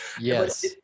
Yes